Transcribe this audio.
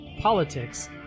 politics